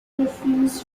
refused